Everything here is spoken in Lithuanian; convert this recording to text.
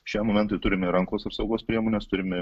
šiam momentui turime ir rankos apsaugos priemones turime